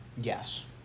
yes